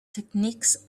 techniques